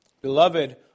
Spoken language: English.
Beloved